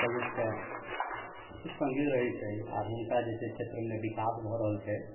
कहिऔ तऽ सङ्गे रहै छै आओर हुनका जे छै क्षेत्रमे विकास भऽ रहल छै